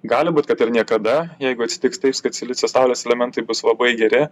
gali būt kad ir niekada jeigu atsitiks taips kad silicio saulės elementai bus labai geri